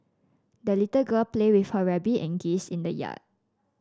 the little girl played with her rabbit and geese in the yard